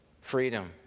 freedom